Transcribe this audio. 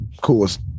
coolest